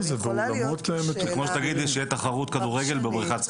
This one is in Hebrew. זה כמו שתגידי תחרות כדורגל בבריכת שחייה.